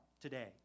today